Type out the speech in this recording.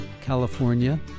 California